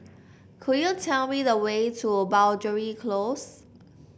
could you tell me the way to Boundary Close